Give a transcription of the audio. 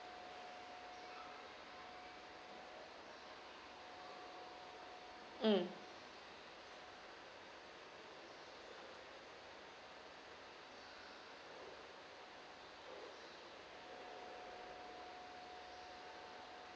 mm